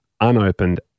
unopened